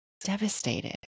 devastated